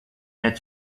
its